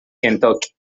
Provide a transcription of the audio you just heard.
kentucky